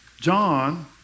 John